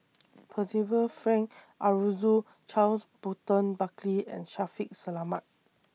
Percival Frank Aroozoo Charles Burton Buckley and Shaffiq Selamat